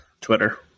Twitter